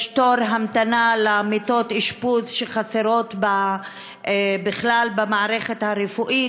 יש תור המתנה למיטות אשפוז שחסרות בכלל במערכת הרפואית.